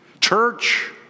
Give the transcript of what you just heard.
church